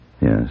Yes